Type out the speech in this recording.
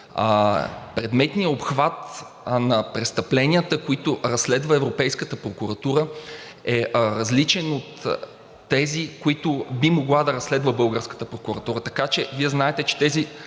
Предметният обхват на престъпленията, които разследва Европейската прокуратура, е различен от тези, които би могла да разследва българската прокуратура. Така че, Вие знаете, че тези